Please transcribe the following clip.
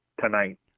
tonight